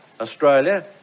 Australia